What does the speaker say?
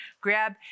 grab